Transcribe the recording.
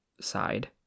side